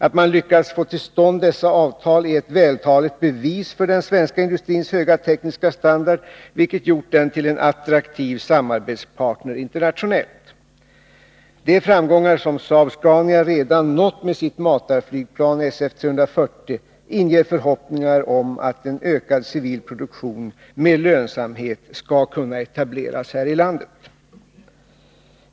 Att man har lyckats få till stånd dessa avtal är ett vältaligt bevis för den svenska industrins höga tekniska standard, vilket gjort den till en attraktiv samarbetspartner internationellt. De framgångar som Saab-Scania redan har nått med sitt matarflygplan SF340 inger förhoppningar om att en ökad civil produktion med lönsamhet skall kunna etableras här i landet.